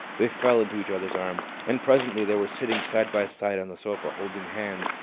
they fell into each other's arms. and presently they were sitting side by side on the sofa, holding hands,